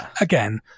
again